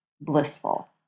blissful